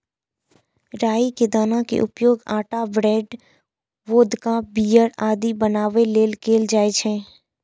राइ के दाना के उपयोग आटा, ब्रेड, वोदका, बीयर आदि बनाबै लेल कैल जाइ छै